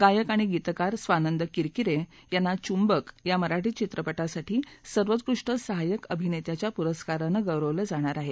गायक आणि गीतकार स्वानंद किरकिरे यांना चुंबक या मराठी चित्रपटासाठी सर्वोत्कृष्ट सहाय्यक अभिनेत्याच्या पुरस्कारानं गौरवलं जाणार आहे